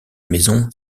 maison